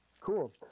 Cool